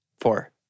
four